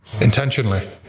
Intentionally